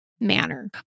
manner